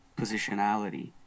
positionality